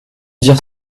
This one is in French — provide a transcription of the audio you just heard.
dire